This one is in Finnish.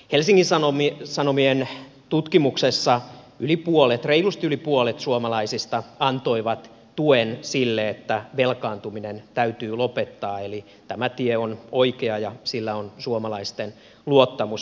helsingin sanomien tutkimuksessa yli puolet reilusti yli puolet suomalaisista antoi tuen sille että velkaantuminen täytyy lopettaa eli tämä tie on oikea ja sillä on suomalaisten luottamus